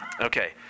Okay